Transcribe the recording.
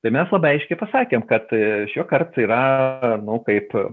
tai mes labai aiškiai pasakėm kad šiuokart yra nu kaip